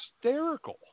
hysterical